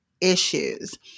issues